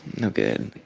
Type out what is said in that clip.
no good.